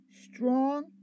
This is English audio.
strong